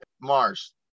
mars